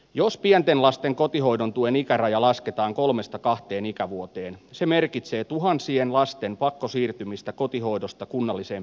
jos pienten lasten kotihoidon tuen ikäraja lasketaan kolmesta kahteen ikävuoteen se merkitsee tuhansien lasten pakkosiirtymistä kotihoidosta kunnalliseen päivähoitoon